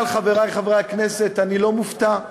אבל, חברי חברי הכנסת, אני לא מופתע,